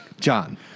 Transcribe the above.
John